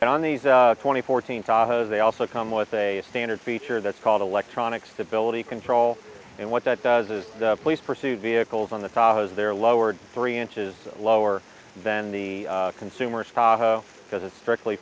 and on these twenty fourteen cars they also come with a standard feature that's called electronic stability control and what that does is the police pursuit vehicles on the taz they're lowered three inches lower than the consumers cars because it's strictly